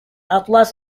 atlas